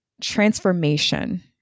transformation